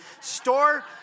Store